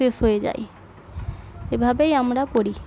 শেষ হয়ে যায় এভাবেই আমরা পড়ি